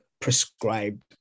prescribed